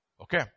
Okay